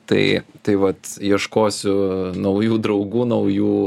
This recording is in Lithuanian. tai tai vat ieškosiu naujų draugų naujų